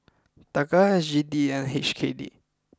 Taka S G D and H K D